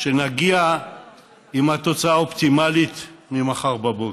ונגיע עם התוצאה האופטימלית ממחר בבוקר.